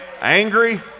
angry